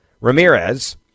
Ramirez